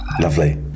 lovely